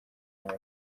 nyuma